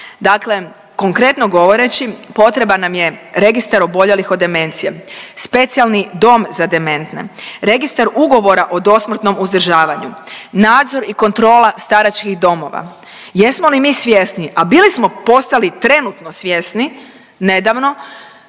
Dakle, konkretno govoreći potreban nam je registar oboljelih od demencije, specijalni dom za dementne, registar ugovora o dosmrtnom uzdržavanju, nadzor i kontrola staračkih domova. Jesmo li mi svjesni, a bili smo postali trenutno svjesni nedavno